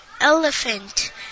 elephant